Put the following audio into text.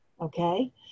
okay